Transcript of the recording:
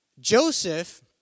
Joseph